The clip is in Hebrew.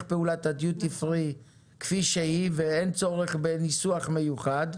פעולת הדיוטי פרי כפי שהיא ואין צורך בניסוח מיוחד.